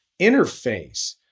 interface